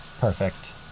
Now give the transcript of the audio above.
Perfect